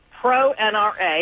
pro-NRA